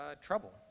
trouble